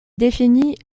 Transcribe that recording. définit